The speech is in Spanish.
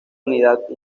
unidad